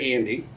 Andy